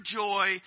joy